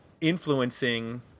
influencing